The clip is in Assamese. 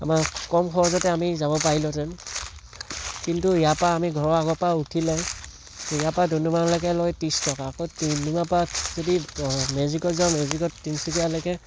আমাৰ কম খৰচতে আমি যাব পাৰিলোহেঁতেন কিন্তু ইয়াৰপৰা আমি ঘৰৰ আগৰপৰা আমি উঠিলে ইয়াৰপৰা ডুমডুমালৈকে লয় ত্ৰিছ টকা আকৌ ডুমডুমাৰ পৰা যদি মেজিকত যাওঁ মেজিকত তিনচুকীয়ালৈকে